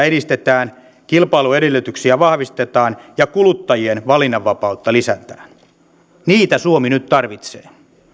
edistetään kilpailun edellytyksiä vahvistetaan ja kuluttajien valinnanvapautta lisätään niitä suomi nyt tarvitsee